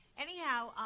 Anyhow